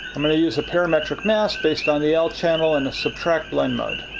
i mean i'll use a parametric mask based on the l channel and the subtract blend mode.